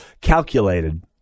calculated